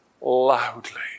loudly